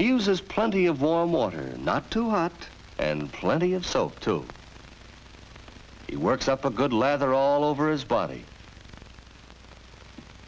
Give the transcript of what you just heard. he uses plenty of warm water not too hot and plenty of self to it works up a good lather all over his body